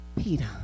Peter